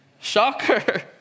Shocker